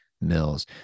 Mills